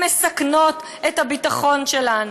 הן מסכנות את הביטחון שלנו.